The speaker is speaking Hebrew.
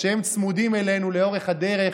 הם צמודים אלינו לאורך הדרך,